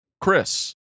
Chris